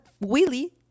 Willie